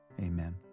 amen